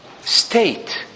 state